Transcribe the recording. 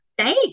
state